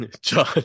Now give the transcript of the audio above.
John